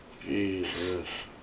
Jesus